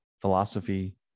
Philosophy